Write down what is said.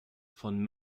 von